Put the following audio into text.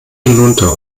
hinunter